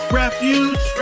refuge